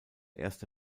erste